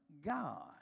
God